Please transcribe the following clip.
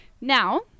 now